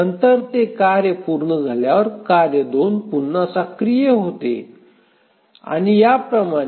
नंतर ते कार्य पूर्ण झाल्यावर कार्य 2 पुन्हा सक्रिय होते आणि याप्रमाणे